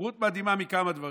בורות מדהימה בכמה דברים.